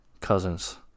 cousins